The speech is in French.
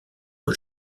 que